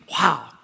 Wow